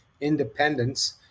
independence